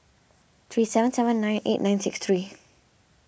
three seven seven nine eight nine six three